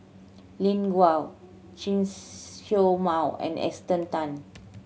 Lin Gao Chen Show Mao and Esther Tan